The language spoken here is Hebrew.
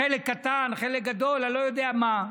חלק קטן, חלק גדול, אני לא יודע מה,